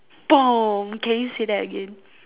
can you say that again